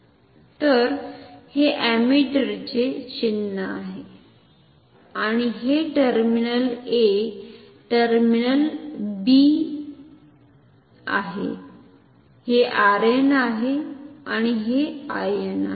तर हे अमीटरचे चिन्ह आहे आणि हे टर्मिनल A टर्मिनल B हे Rn आहे हे In आहे